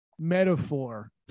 metaphor